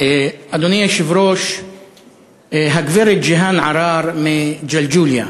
אדוני היושב-ראש, הגברת ג'יהאן עראר מג'לג'וליה